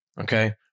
okay